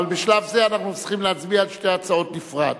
אבל בשלב זה אנחנו צריכים להצביע על שתי ההצעות בנפרד.